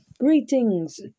Greetings